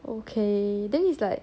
okay then it's like